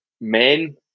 men